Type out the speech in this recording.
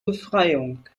befreiung